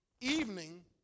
evening